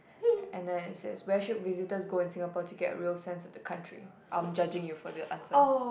and then it says where should visitors go in Singapore to get a real sense of the country I'm judging you for the answer